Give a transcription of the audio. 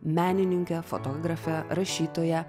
menininke fotografe rašytoja